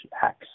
hacks